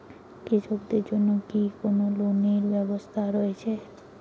কৃষকদের জন্য কি কি লোনের ব্যবস্থা রয়েছে?